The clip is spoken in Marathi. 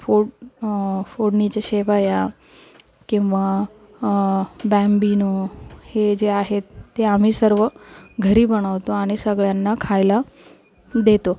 फोड् फोडणीच्या शेवया किंवा बॅम्बिनो हे जे आहेत ते आम्ही सर्व घरी बनवतो आणि सगळ्यांना खायला देतो